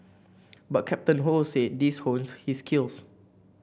but Captain Ho said these honed his skills